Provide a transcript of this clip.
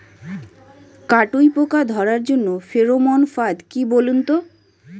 কাটুই পোকা ধরার জন্য ফেরোমন ফাদ কি বলুন তো?